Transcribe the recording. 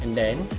then,